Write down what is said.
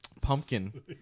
pumpkin